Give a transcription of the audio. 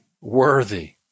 worthy